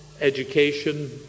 education